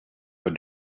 but